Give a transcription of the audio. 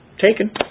taken